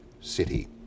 city